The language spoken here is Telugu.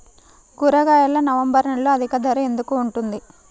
కూరగాయలు నవంబర్ నెలలో అధిక ధర ఎందుకు ఉంటుంది?